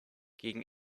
gegen